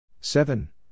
Seven